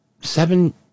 seven